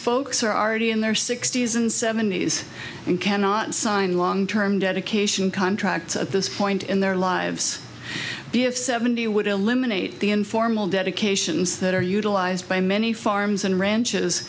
folks are already in their sixties and seventies and cannot sign long term dedication contracts at this point in their lives b of seventy would eliminate the informal dedications that are utilized by many farms and ranches